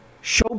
show